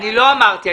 לא אמרתי.